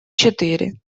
четыре